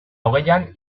hogeian